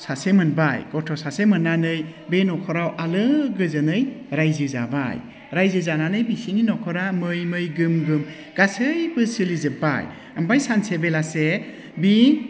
सासे मोनबाय गथ' सासे मोननानै बे न'खराव आलो गोजोनै रायजो जाबाय रायजो जानानै बिसोरनि न'खरा मैमै गोमगोम गासैबो सोलिजोब्बाय ओमफ्राय सानसे बेलासे बे